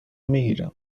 میگیرم